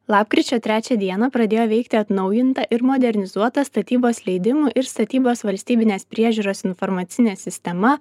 lapkričio trečią dieną pradėjo veikti atnaujinta ir modernizuota statybos leidimų ir statybos valstybinės priežiūros informacinė sistema